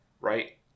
right